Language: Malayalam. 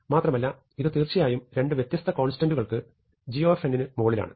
മാത്രമല്ല ഇത് തീർച്ചയായും രണ്ട് വ്യത്യസ്ത കോൺസ്റ്റന്റ്കൾക്ക് g ന് മുകളിലാണ്